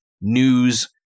news